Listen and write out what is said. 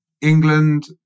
England